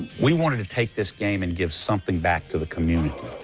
we wanted to take this game and give something back to the community.